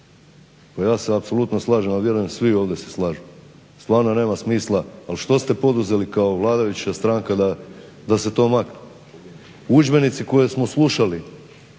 ja se apsolutno slažem, a vjerujem i svi ovdje se slažu, stvarno nema smisla, ali što se poduzeli kao vladajuća stranka da se to makne. Udžbenici koje smo slušali